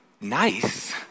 nice